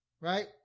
Right